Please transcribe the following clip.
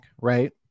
right